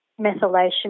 methylation